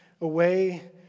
away